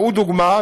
והוא דוגמה,